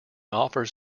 offers